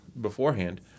beforehand